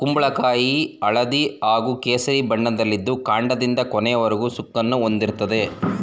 ಕುಂಬಳಕಾಯಿ ಹಳದಿ ಹಾಗೂ ಕೇಸರಿ ಬಣ್ಣದಲ್ಲಿದ್ದು ಕಾಂಡದಿಂದ ಕೊನೆಯವರೆಗೂ ಸುಕ್ಕನ್ನು ಹೊಂದಿರ್ತದೆ